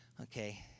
okay